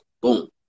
Boom